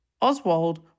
Oswald